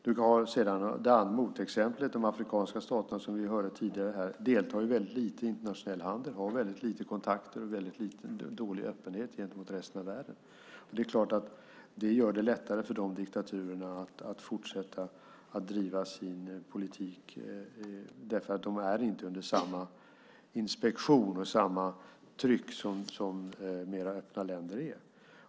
Det andra motexemplet är de afrikanska staterna, och som vi hörde tidigare deltar de mycket lite i internationell handel, har få kontakter med och en dålig öppenhet mot resten av världen. Det gör det lättare för de diktaturerna att fortsätta att driva sin politik. De är inte under samma inspektion och samma tryck som mer öppna länder.